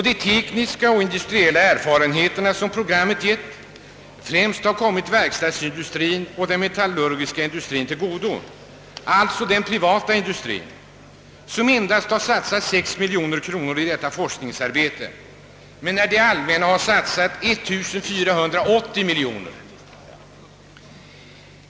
De tekniska och industriella erfarenheter som programmet givit har främst kommit verkstadsindustrien och den metallurgiska industrien till godo — alltså den privata industrien som endast satsat 6 miljoner kronor på detta forskningsarbete medan det allmänna satsat 1 480 miljoner kronor.